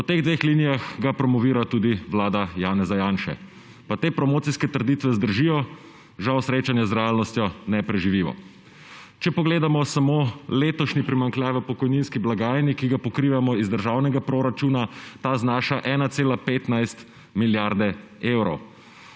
Po teh dveh linijah ga promovira tudi Vlada Janeza Janše, pa te promocijske trditve zdržijo žal srečanja z realnostjo ne preživijo. Če pogledamo samo letošnji primanjkljaj v pokojninski blagajni, ki ga pokrivamo iz državnega proračuna, ta znaša 1,15 milijarde evrov.